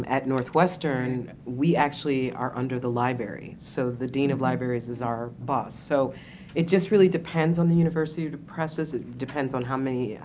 um at northwestern we actually are under the lib'ary so the dean of lib'aries is our boss. so it just really depends on the university presses, it depends on how many, ah,